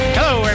Hello